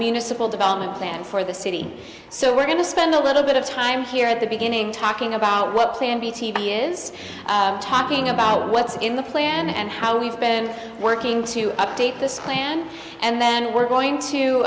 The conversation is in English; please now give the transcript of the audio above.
municipal development plan for the city so we're going to spend a little bit of time here at the beginning talking about what plan b t v is talking about what's in the plan and how we've been working to update this plan and then we're going